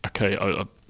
okay